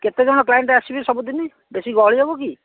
କେତେ ଜଣ କ୍ଲାଏଣ୍ଟ୍ ଆସିବେ ସବୁଦିନ ବେଶି ଗହଳି ହେବ କି